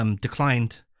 declined